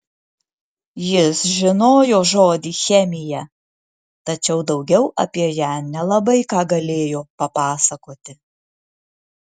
jis žinojo žodį chemija tačiau daugiau apie ją nelabai ką galėjo papasakoti